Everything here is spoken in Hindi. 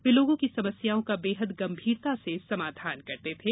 वे लोगों की समस्याओं का बेहद गम्भीरता से समाधान करते थे